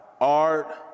art